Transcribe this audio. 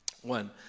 One